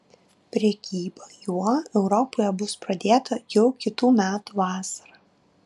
prekyba juo europoje bus pradėta jau kitų metų vasarą